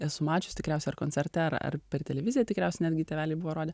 esu mačius tikriausiai ar koncerte ar ar per televiziją tikriausiai netgi tėveliai buvo rodę